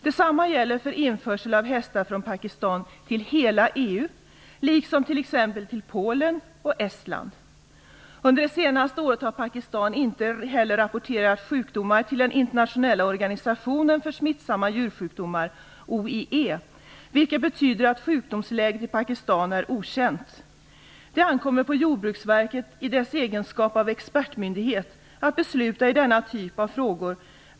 Detsamma gäller för införsel av hästar från Pakistan till hela EU, liksom t.ex. till Polen och Estland. Under det senaste året har Pakistan inte heller rapporterat sjukdomar till den internationella organisationen för smittsamma djursjukdomar , vilket betyder att sjukdomsläget i Pakistan är okänt. Det ankommer på Jordbruksverket i dess egenskap av expertmyndighet att besluta i denna typ av frågor.